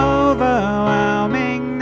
overwhelming